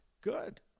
Good